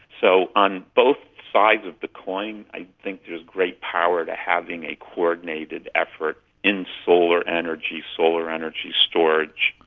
so on both sides of the coin i think there is great power to having a coordinated effort in solar energy, solar energy storage,